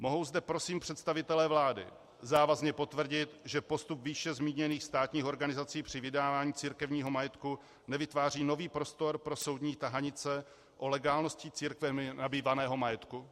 Mohou zde prosím představitelé vlády závazně potvrdit, že postup výše zmíněných státních organizací při vydávání církevního majetku nevytváří nový prostor pro soudní tahanice o legálnosti církvemi nabývaného majetku?